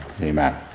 Amen